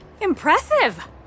Impressive